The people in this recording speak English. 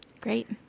Great